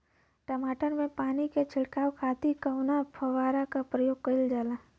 टमाटर में पानी के छिड़काव खातिर कवने फव्वारा का प्रयोग कईल जाला?